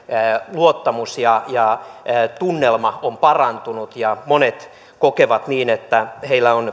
luottamus ja ja tunnelma on parantunut ja monet kokevat niin että heillä on